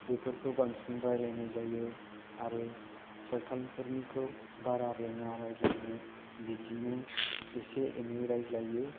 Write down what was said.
बेफोरखौ बांसिन रायज्लायनाय जायो आरो सावथालफोरनिखौ बारा रोङा रायज्लायनो बिदिनो एसे एनै रायज्लायो